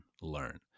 learn